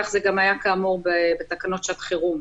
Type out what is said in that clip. כך זה גם היה, כאמור, בתקנות שעת חירום.